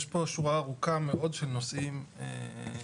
יש פה שורה ארוכה מאוד של נושאים כבדים,